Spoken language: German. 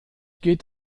geht